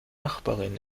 nachbarin